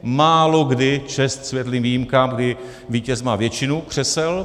Málokdy, čest světlým výjimkám, kdy vítěz má většinu křesel.